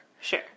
Sure